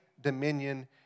dominion